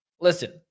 Listen